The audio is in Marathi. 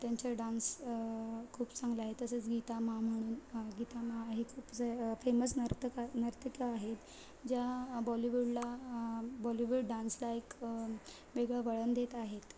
त्यांच्या डान्स खूप चांगले आहेत तसेच गीतामा म्हणून गीतामा हे खूप फेमस नर्तका नर्तिका आहेत ज्या बॉलीवूडला बॉलीवूड डान्सला एक वेगळं वळण देत आहेत